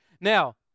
now